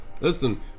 listen